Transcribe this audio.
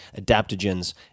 adaptogens